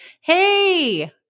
Hey